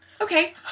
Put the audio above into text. Okay